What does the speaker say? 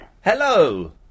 Hello